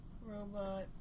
robot